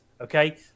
okay